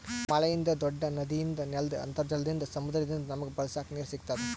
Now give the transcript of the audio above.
ಮಳಿಯಿಂದ್, ದೂಡ್ಡ ನದಿಯಿಂದ್, ನೆಲ್ದ್ ಅಂತರ್ಜಲದಿಂದ್, ಸಮುದ್ರದಿಂದ್ ನಮಗ್ ಬಳಸಕ್ ನೀರ್ ಸಿಗತ್ತದ್